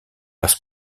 parce